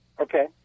Okay